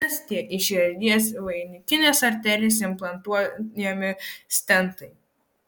kas tie į širdies vainikines arterijas implantuojami stentai